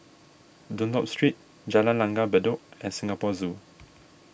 Dunlop Street Jalan Langgar Bedok and Singapore Zoo